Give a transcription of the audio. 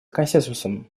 консенсусом